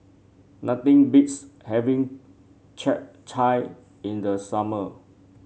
nothing beats having Chap Chai in the summer